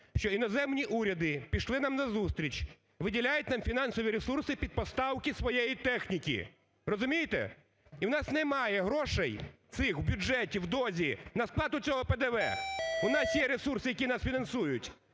що іноземні уряди пішли нам назустріч, виділяють нам фінансові ресурси під поставки своєї техніки, розумієте? І у нас немає грошей цих в бюджеті в дозі, на сплату цього ПДВ. У нас є ресурси, які нас фінансують.